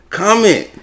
comment